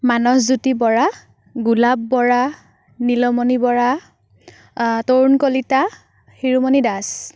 Manasjyoti Bora Golap Bora Nilmani Bora Tarun Kalita Shiromani Das